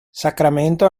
sacramento